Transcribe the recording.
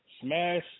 smash